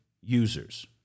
users